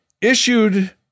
issued